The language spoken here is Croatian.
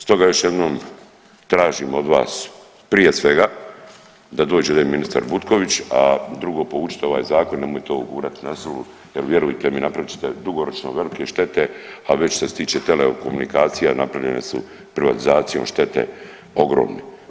Stoga još jednom tražim od vas prije svega, da dođe ministar Butković, a drugo, povučete ovaj Zakon, nemojte ovo gurati na silu jer vjerujte mi napravit ćete dugoročno velike štete, a već što se tiče telekomunikacija, napravljene su privatizacijom štete ogromne.